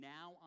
Now